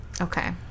Okay